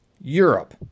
Europe